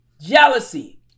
jealousy